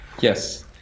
Yes